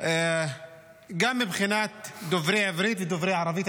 גם מבחינת דוברי עברית ודוברי ערבית,